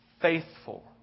faithful